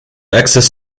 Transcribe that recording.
access